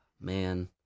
man